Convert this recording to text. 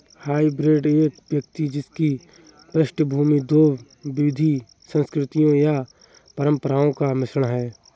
hybrid एक व्यक्ति जिसकी पृष्ठभूमि दो विविध संस्कृतियों या परंपराओं का मिश्रण है